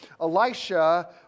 Elisha